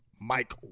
Mike